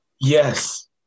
Yes